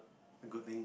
a good thing